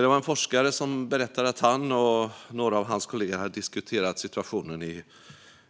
Det var en forskare som berättade att han och några av hans kollegor hade diskuterat situationen i